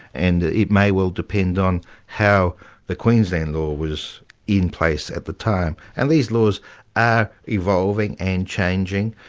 and it may well depend on how the queensland law was in place at the time. and these laws are evolving and changing,